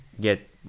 get